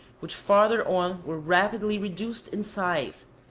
which farther on were rapidly reduced in size,